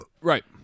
Right